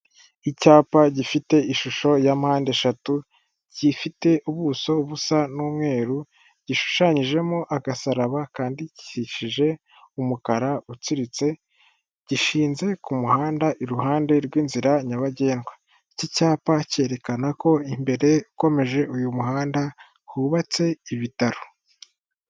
Icyapa gifite ishusho ya mpande eshatu kifite ubuso busa n'umweru gishushanyijemo agasaraba kandidikishije umukara utsiritse, gishinze ku muhanda iruhande rw'inzira nyabagendwa. Iki cyapa cyerekana ko imbere ukomeje uyu muhanda hubatse ibitaro.